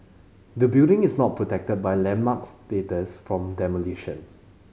the building is not protected by landmark status from demolition